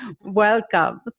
Welcome